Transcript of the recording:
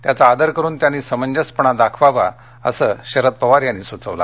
त्याचा आदर करून त्यांनी समंजसपणा दाखवावा असं शरद पवार यांनी सुचवलं